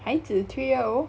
孩子 three year old